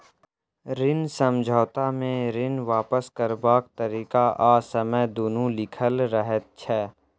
ऋण समझौता मे ऋण वापस करबाक तरीका आ समय दुनू लिखल रहैत छै